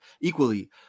equally